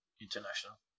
International